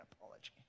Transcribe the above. apology